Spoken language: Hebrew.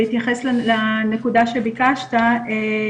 לגבי הנקודה שביקשת להתייחס,